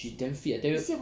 she damn fit eh I tell you